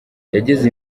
yageze